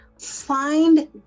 find